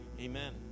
amen